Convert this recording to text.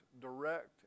direct